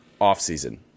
offseason